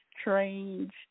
strange